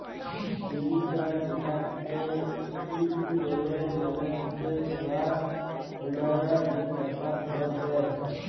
পুঁজিটা যেটাকে ইকুইটি ব্যলে মালে হচ্যে শেয়ার হোল্ডাররা যে টাকা ফেরত দেয়